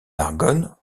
argonne